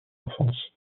enfance